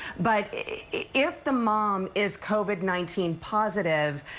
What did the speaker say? but if the mom is covid nineteen positive,